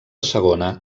segona